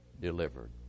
delivered